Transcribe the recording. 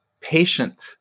patient